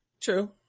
True